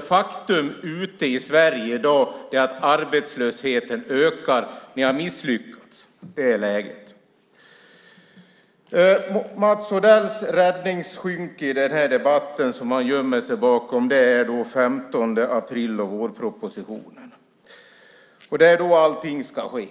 Faktum ute i Sverige i dag är att arbetslösheten ökar. Ni har misslyckats. Det är läget. Mats Odells räddningsskynke i den här debatten som han gömmer sig bakom är den 15 april och vårpropositionen. Det är då allting ska ske.